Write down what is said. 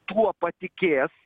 tuo patikės